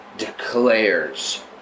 declares